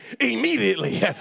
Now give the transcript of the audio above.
Immediately